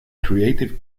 creative